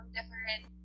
different